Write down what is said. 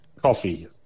Coffee